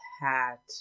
hat